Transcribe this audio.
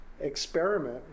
experiment